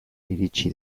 iritsi